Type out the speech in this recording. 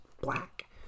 black